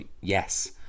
yes